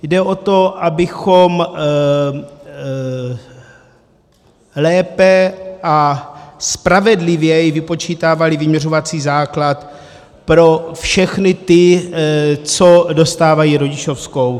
Jde o to, abychom lépe a spravedlivěji vypočítávali vyměřovací základ pro všechny ty, co dostávají rodičovskou.